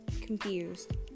confused